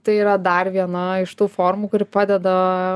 tai yra dar viena iš tų formų kuri padeda